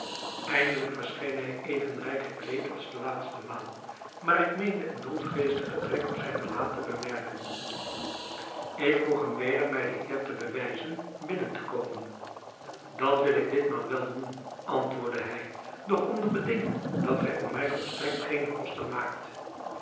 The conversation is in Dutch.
eindelijk verscheen hij even rijk gekleed als de laatste maal maar ik meende een droefgeestigen trek op zijn gelaat te bemerken ik vroeg hem weder mij de eer te bewijzen binnen te komen dat wil ik ditmaal wel doen antwoordde hij doch onder beding dat gij om mij volstrekt geene kosten maakt